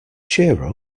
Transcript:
cheer